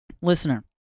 Listener